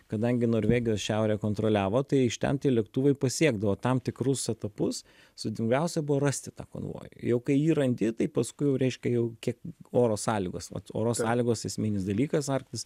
kadangi norvegijos šiaurę kontroliavo tai iš ten tie lėktuvai pasiekdavo tam tikrus etapus sudėtingiausia buvo rasti tą konvojų jau kai jį randi tai paskui jau reiškia jau kiek oro sąlygos oro sąlygos esminis dalykas arktis